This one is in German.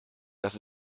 das